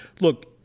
look